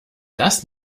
das